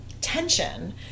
tension